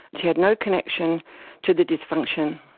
she had no connection to the dysfunction,